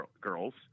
girls